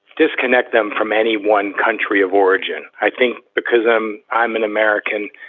disconnect them from any one country of origin. i think because i'm i'm an american.